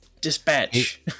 dispatch